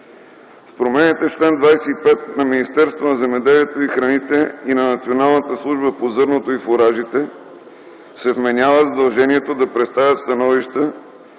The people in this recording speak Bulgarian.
С промените в чл. 25 на Министерството на земеделието и храните и на Националната служба по зърното и фуражите се вменява задължението да представят становища